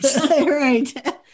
Right